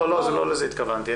לא לזה התכוונתי.